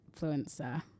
influencer